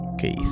Keith